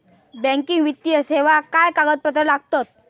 Banking वित्तीय सेवाक काय कागदपत्र लागतत?